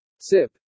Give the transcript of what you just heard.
Sip